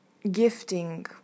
gifting